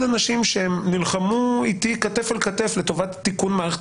אנשים שנלחמו איתי כתף אל כתף לטובת תיקון מערכת